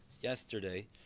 yesterday